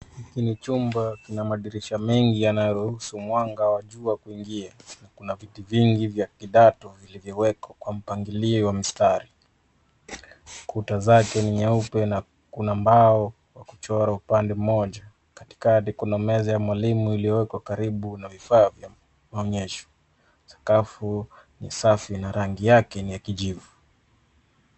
Hii ni jumba la madirisha mengi yanayoruhusu mwanga wa jua kuingia. Kuna viti vingi vya kidato vilivyowekwa kwa mpangilio wa mstari. Kuta zake ni nyeupe na kuna mbao ya mchoro upande mmoja. Katikati kuna meza ya mwalimu iliyowekwa karibu na vifaa vya maonyesho. Sakafu n safi na rangi yake ni ya kijivu.